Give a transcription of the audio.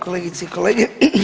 Kolegice i kolege.